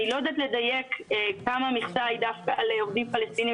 אני לא יודעת לדייק כמה מהמכסה היא על עובדים פלסטינים